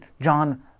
John